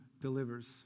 delivers